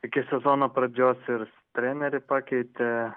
iki sezono pradžios ir trenerį pakeitė